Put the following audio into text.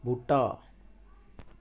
बूह्टा